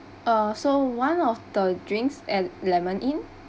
so one of the drinks and lemon in